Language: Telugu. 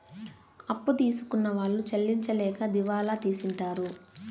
అప్పు తీసుకున్న వాళ్ళు చెల్లించలేక దివాళా తీసింటారు